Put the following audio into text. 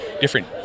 different